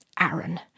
Aaron